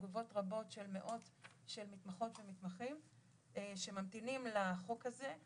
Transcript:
תגובות רבות של מאות של מתמחות ומתמחים שממתינים לחוק הזה.